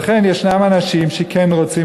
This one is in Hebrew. לכן יש אנשים שכן רוצים